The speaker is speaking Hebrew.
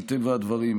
מטבע הדברים,